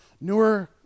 newer